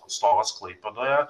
atstovas klaipėdoje